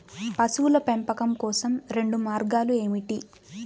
పశువుల పెంపకం కోసం రెండు మార్గాలు ఏమిటీ?